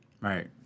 Right